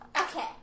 Okay